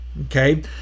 okay